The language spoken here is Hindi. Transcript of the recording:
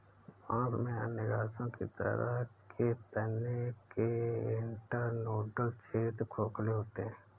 बांस में अन्य घासों की तरह के तने के इंटरनोडल क्षेत्र खोखले होते हैं